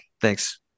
Thanks